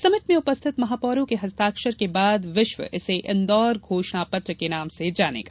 summit में उपस्थित महापौरों के हस्ताक्षर के बाद विश्व इसे इंदौर घोषणा पत्र के नाम से जानेगा